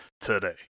today